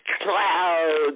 Clouds